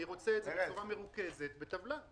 אני רוצה את זה בצורה מרוכזת בטבלה.